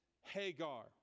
Hagar